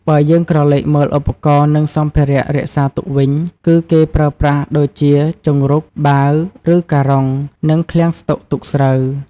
បើយើងក្រឡេកមើលឧបករណ៍និងសម្ភារៈរក្សាទុកវិញ គឺគេប្រើប្រាស់ដូចជា ជង្រុក បាវ ឬការុង និងឃ្លាំងស្តុកទុកស្រូវ ។